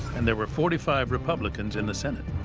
and there were forty five republicans in the senate.